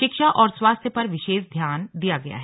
शिक्षा और स्वास्थ्य पर विशेष ध्यान दिया गया है